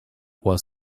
was